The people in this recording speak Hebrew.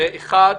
האחד,